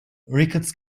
ricketts